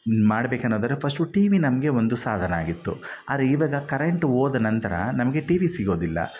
ಮಾಡ್ಬೇಕನ್ನೊದಾದರೆ first TV ನಮಗೆ ಒಂದು ಸಾಧನ ಆಗಿತ್ತು ಆರ ಇವಾಗ ಕರೆಂಟ್ ಹೋದ ನಂತರ ನಮಗೆ ಟಿವಿ ಸಿಗೋದಿಲ್ಲ